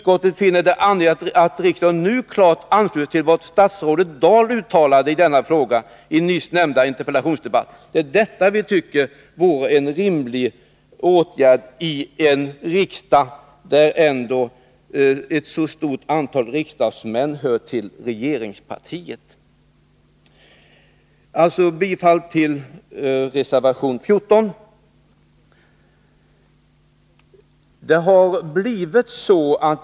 Vi finner det angeläget att riksdagen nu klart ansluter sig till vad statsrådet Dahl uttalade i denna fråga i nyss nämnda interpellationsdebatt. Det är detta vi tycker är en rimlig åtgärd för en riksdag där ändå ett så stort antal ledamöter hör till regeringspartiet. Jag yrkar följaktligen bifall till reservation 14.